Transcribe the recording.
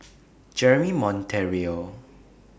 Jeremy Monteiro